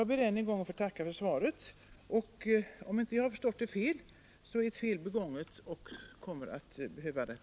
Jag ber än en gång att få tacka försvarsministern. Om jag inte har missförstått svaret, är ett fel begånget som behöver rättas till.